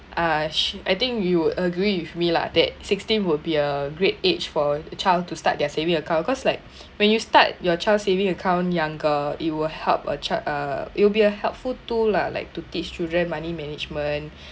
uh I think you will agree with me lah that sixteen would be a great age for a child to start their saving account cause like when you start your child's saving account younger it will help a child uh it'll be a helpful tool lah like to teach children money management